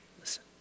listen